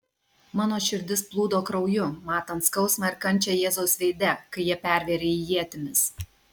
mano širdis plūdo krauju matant skausmą ir kančią jėzaus veide kai jie pervėrė jį ietimis